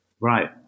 Right